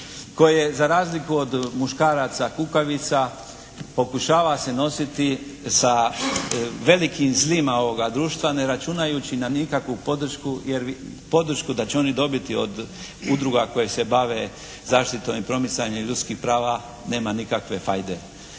koje za razliku od muškaraca kukavica pokušava se nositi sa velikim zlima ovoga društva, ne računajući na nikakvu podršku da će oni dobiti od udruga koje se bave zaštitom i promicanjem ljudskih prava, nema nikakve fajde.